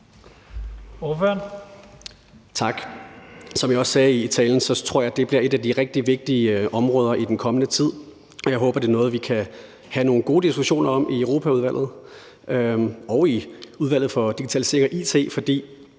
Som jeg også sagde i talen, tror jeg, det bliver et af de rigtig vigtige områder i den kommende tid, og jeg håber, det er noget, vi kan have nogle gode diskussioner om i Europaudvalget og i Udvalget for Digitalisering og It. For